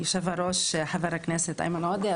חבר הכנסת איימן עודה,